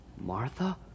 Martha